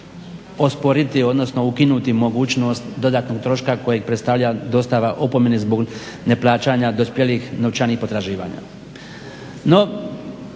osporiti, odnosno ukinuti mogućnost dodatnog troška kojeg predstavlja dostava opomene zbog neplaćanja dospjelih novčanih potraživanja.